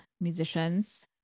musicians